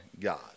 God